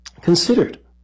considered